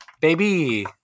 baby